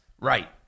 Right